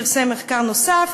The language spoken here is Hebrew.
פרסם מחקר נוסף,